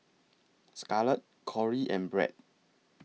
Scarlet Corey and Brad